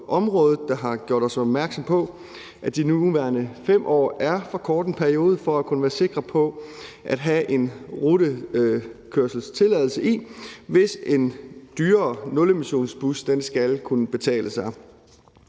området, der har gjort os opmærksomme på, at de nuværende 5 år er for kort en periode at kunne være sikker på at have en rutekørselstilladelse i, hvis en dyrere nulemissionsbus skal kunne betale sig.